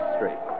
Street